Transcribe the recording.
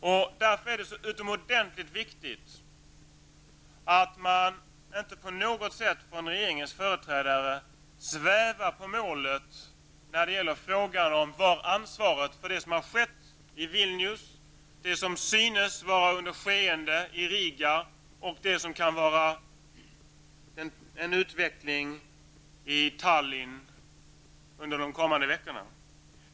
Det är därför utomordentligt viktigt att regeringens företrädare inte på något sätt svävar på målet när det gäller frågan om var ansvaret ligger för det som har skett i Vilnius, det som synes vara under skeende i Riga och det som kan vara en utveckling i Tallinn under de kommande veckorna.